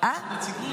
שלחתי גם נציגות,